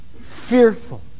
fearful